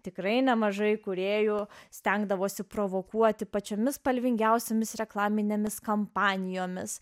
tikrai nemažai kūrėjų stengdavosi provokuoti pačiomis spalvingiausiomis reklaminėmis kampanijomis